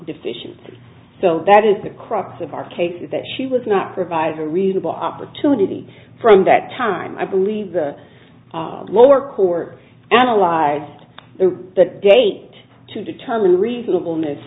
deficiency so that is the crux of our case is that she was not provided a reasonable opportunity from that time i believe the lower court analyzed the date to determine reasonablene